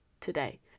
today